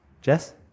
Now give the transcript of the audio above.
Jess